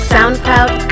SoundCloud